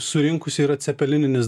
surinkusi yra cepelininis